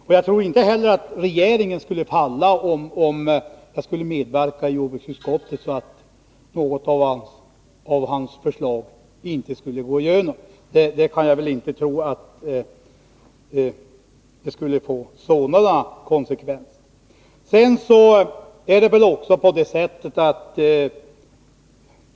Och jag tror inte heller att regeringen skulle falla om jag i jordbruksutskottet skulle medverka till att något av hans förslag inte skulle gå igenom — jag kan inte tro att det skulle få sådana konsekvenser.